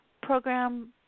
program